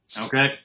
Okay